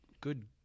good